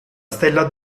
stella